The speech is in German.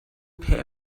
per